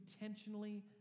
intentionally